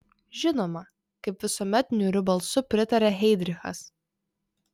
žinoma kaip visuomet niūriu balsu pritarė heidrichas